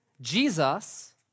Jesus